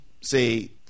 say